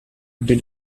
did